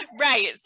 Right